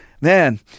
man